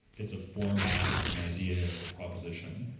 it's a format, it's an idea, it's a proposition.